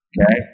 okay